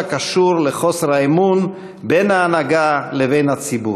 הקשור לחוסר האמון בין ההנהגה לבין הציבור.